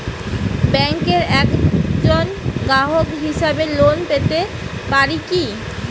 ব্যাংকের একজন গ্রাহক হিসাবে লোন পেতে পারি কি?